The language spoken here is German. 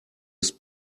ist